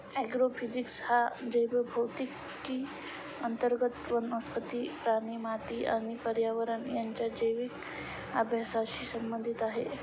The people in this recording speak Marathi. ॲग्रोफिजिक्स हा जैवभौतिकी अंतर्गत वनस्पती, प्राणी, माती आणि पर्यावरण यांच्या जैविक अभ्यासाशी संबंधित आहे